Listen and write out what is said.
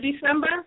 December